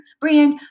brand